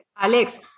Alex